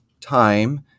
time